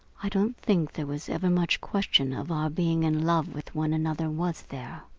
i don't think there was ever much question of our being in love with one another, was there?